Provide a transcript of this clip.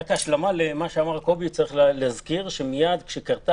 בהמשך למה שאמר קובי צריך להזכיר שמייד כשקרתה